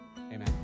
Amen